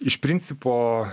iš principo